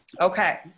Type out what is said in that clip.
Okay